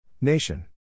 Nation